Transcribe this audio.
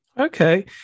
Okay